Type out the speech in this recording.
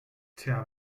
tja